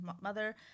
mother